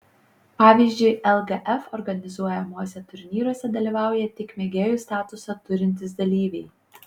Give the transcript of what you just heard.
pavyzdžiui lgf organizuojamuose turnyruose dalyvauja tik mėgėjų statusą turintys dalyviai